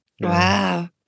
Wow